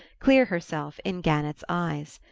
clear herself in gannett's eyes.